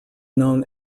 known